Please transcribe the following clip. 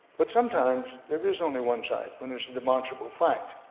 but sometimes, there is only one side when it's a demonstrable fact.